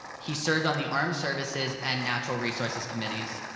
he served on the armed services and natural resources committees,